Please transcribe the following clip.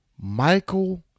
Michael